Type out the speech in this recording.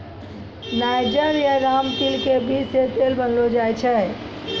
niger या रामतिल के बीज सॅ तेल बनैलो जाय छै